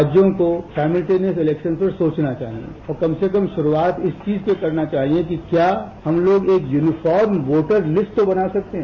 राज्यों को simultaneous election पे सोचना चाहिए तो कम से कम शुरूआत इस चीज़ से करनी चाहिए कि क्या हम लोग एक युनिफॉर्म वोटर लिस्ट तो बना सकते हैं